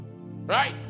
Right